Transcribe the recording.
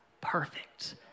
perfect